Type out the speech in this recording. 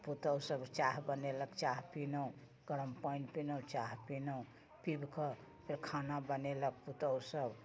पुतहु सब चाह बनेलक चाह पिलहुँ गरम पानि पिलहुँ चाह पिलहुँ पीब कऽ फेर खाना बनेलक पुतहु सब